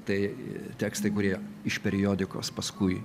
tai tekstai kurie iš periodikos paskui